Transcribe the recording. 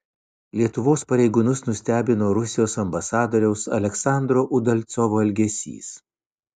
lietuvos pareigūnus nustebino rusijos ambasadoriaus aleksandro udalcovo elgesys